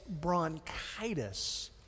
bronchitis